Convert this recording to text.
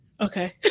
Okay